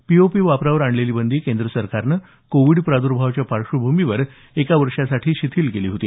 POP वापरावर आणलेली बंदी केंद्र सरकारनं कोविड प्राद्भावाच्या पार्श्वभूमीवर एका वर्षासाठी शिथिल केली होती